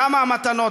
כמה המתנות,